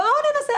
בואו ננסה.